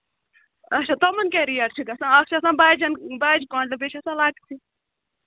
اَچھا تِمَن کیٛاہ ریٹ چھِ گژھان اکھ چھِ آسان بَجن بجہِ کۄنٛڈلہٕ بیٚیہِ چھِ آسان لۅکچہِ